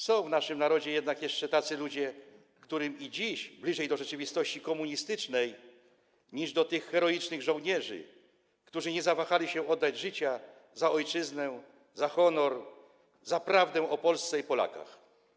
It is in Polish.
Są w naszym narodzie jednak jeszcze tacy ludzie, którym i dziś bliżej do rzeczywistości komunistycznej niż do tych heroicznych żołnierzy, którzy nie zawahali się oddać życia za ojczyznę, za honor, za prawdę o Polsce i Polakach.